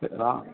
हा